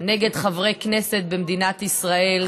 נגד חברי כנסת במדינת ישראל,